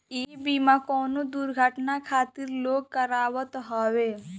इ बीमा कवनो दुर्घटना खातिर लोग करावत हवे